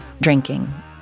drinking